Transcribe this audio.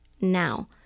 now